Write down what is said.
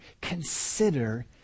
Consider